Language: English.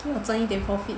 我赚一点 profit